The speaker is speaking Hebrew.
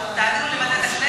למה ועדת הכנסת?